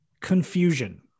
confusion